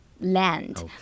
land